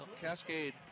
cascade